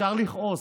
אפשר לכעוס,